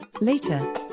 Later